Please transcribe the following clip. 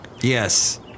Yes